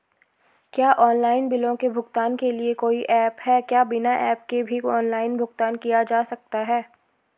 क्या ऑनलाइन बिलों के भुगतान के लिए कोई ऐप है क्या बिना ऐप के भी ऑनलाइन भुगतान किया जा सकता है?